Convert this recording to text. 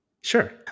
Sure